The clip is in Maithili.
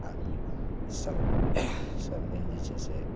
आदमीसभ सब दिन जे छै से